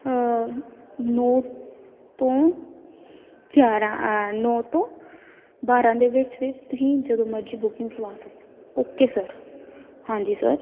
ਨੌ ਤੋਂ ਗਿਆਰਾਂ ਨੌ ਤੋਂ ਬਾਰਾਂ ਦੇ ਵਿੱਚ ਵਿੱਚ ਤੁਸੀਂ ਜਦੋਂ ਮਰਜ਼ੀ ਬੁਕਿੰਗ ਕਰਵਾ ਸਕਦੇ ਹੋ ਓਕੇ ਸਰ ਹਾਂਜੀ ਸਰ